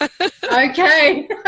Okay